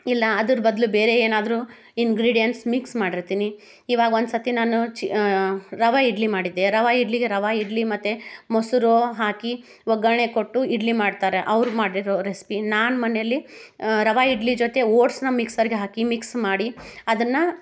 ಇಲ್ಲ ಅದರ ಬದಲು ಬೇರೆ ಏನಾದರೂ ಇಂಗ್ರಿಡಿಯೆಂಟ್ಸ್ ಮಿಕ್ಸ್ ಮಾಡಿರ್ತೀನಿ ಇವಾಗ ಒಂದು ಸತಿ ನಾನು ಚಿ ರವೆ ಇಡ್ಲಿ ಮಾಡಿದ್ದೆ ರವೆ ಇಡ್ಲಿಗೆ ರವೆ ಇಡ್ಲಿ ಮತ್ತು ಮೊಸರು ಹಾಕಿ ಒಗ್ಗರಣೆ ಕೊಟ್ಟು ಇಡ್ಲಿ ಮಾಡ್ತಾರೆ ಅವ್ರು ಮಾಡಿರೋ ರೆಸ್ಪಿ ನಾನು ಮನೇಲಿ ರವೆ ಇಡ್ಲಿ ಜೊತೆ ಓಟ್ಸ್ನ ಮಿಕ್ಸರಿಗೆ ಹಾಕಿ ಮಿಕ್ಸ್ ಮಾಡಿ ಅದನ್ನು